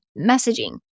messaging